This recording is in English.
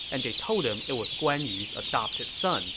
and they told him it was guan yu's adopted son